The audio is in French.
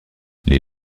les